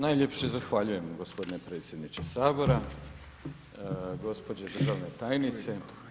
Najljepše zahvaljujemo gospodine predsjedniče Sabora, gospođo državna tajnice.